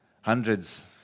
Hundreds